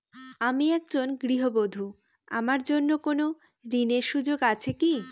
আমি একজন গৃহবধূ আমার জন্য কোন ঋণের সুযোগ আছে কি?